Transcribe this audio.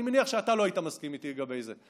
אני מניח שאתה לא היית מסכים איתי לגבי זה,